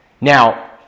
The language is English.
Now